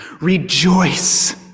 rejoice